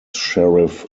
sheriff